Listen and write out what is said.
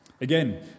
Again